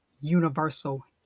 universal